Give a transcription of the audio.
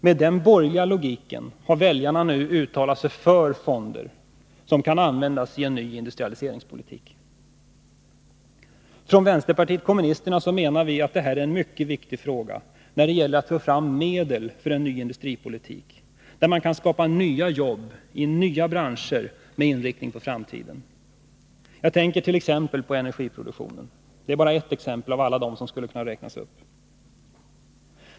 Med den borgerliga logiken har väljarna nu uttalat sig för fonder, som kan användas i en ny industrialiseringspolitik. Vänsterpartiet kommunisterna menar att det här är en mycket viktig fråga då det gäller att få fram medel för en ny industripolitik, där man kan skapa nya jobb i nya branscher med inriktning på framtiden. Jag tänker t.ex. på energiproduktionen. Det är bara ett exempel av alla som skulle kunna räknas upp.